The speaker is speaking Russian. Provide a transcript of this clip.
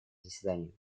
заседании